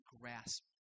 grasp